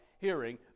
hearing